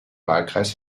wahlkreis